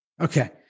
Okay